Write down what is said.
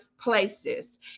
places